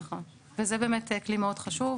נכון, וזה באמת כלי מאוד חשוב,